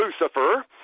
Lucifer